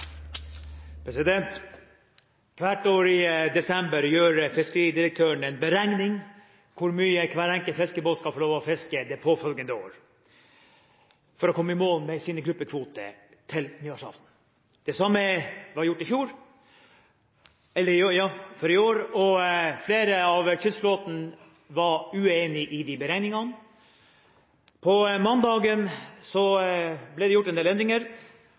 Hvert år i desember gjør fiskeridirektøren en beregning av hvor mye hver enkelt fiskebåt skal få lov til å fiske det påfølgende året for å komme i mål med sine gruppekvoter til nyttårsaften. Det samme ble gjort i fjor – for i år – og flere av kystflåtene var uenig i de beregningene. På mandag ble det gjort en del endringer,